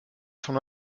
son